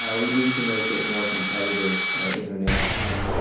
ah we need to make it more competitive internationally,